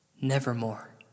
nevermore